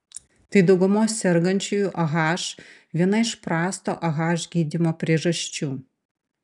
tai daugumos sergančiųjų ah viena iš prasto ah gydymo priežasčių